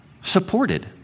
supported